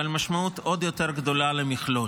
אבל משמעות עוד יותר גדולה למכלול.